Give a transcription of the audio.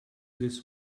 this